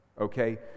Okay